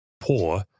poor